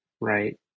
right